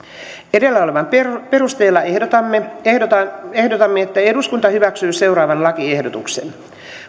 edellä olevan perusteella ehdotamme ehdotamme että eduskunta hyväksyy seuraavan lakiehdotuksen